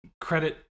credit